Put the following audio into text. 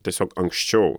tiesiog anksčiau